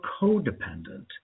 codependent